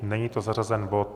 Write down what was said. Není to zařazený bod.